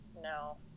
No